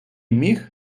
міх